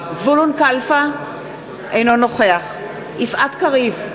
אינו נוכח יפעת קריב,